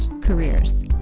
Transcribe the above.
careers